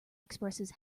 expresses